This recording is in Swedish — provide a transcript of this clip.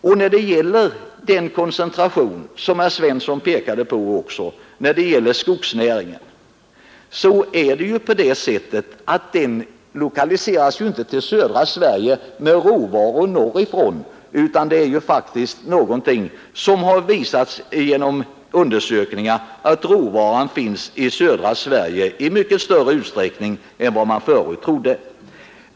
Och när det gäller den koncentration inom skogsnäringen som herr Svensson också pekade på är det på det sättet att den inte lokaliseras till södra Sverige med råvaror norrifrån utan det har faktiskt visat sig genom undersökningar att råvaran finns i södra Sverige i mycket större utsträckning än vad man förut trodde.